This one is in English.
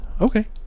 Okay